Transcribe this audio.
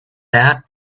that